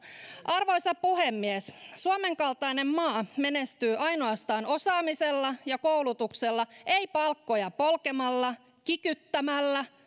arvoisa puhemies suomen kaltainen maa menestyy ainoastaan osaamisella ja koulutuksella ei palkkoja polkemalla kikyttämällä